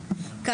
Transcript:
14. אוקיי,